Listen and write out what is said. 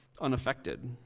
unaffected